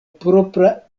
propra